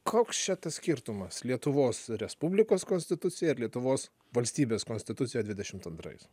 koks čia tas skirtumas lietuvos respublikos konstitucija ir lietuvos valstybės konstitucijos dvidešimt antrais